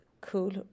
cool